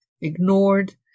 ignored